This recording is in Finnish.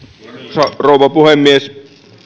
arvoisa rouva puhemies